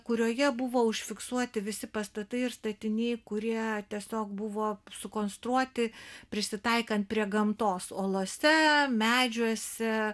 kurioje buvo užfiksuoti visi pastatai ir statiniai kurie tiesiog buvo sukonstruoti prisitaikant prie gamtos olose medžiuose